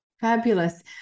Fabulous